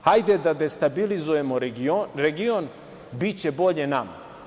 Hajde da destabilizujemo region biće bolje nama.